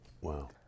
Wow